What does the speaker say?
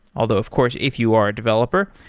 although of course if you are a developer,